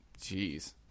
Jeez